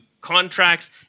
contracts